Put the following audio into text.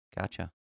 Gotcha